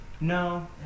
No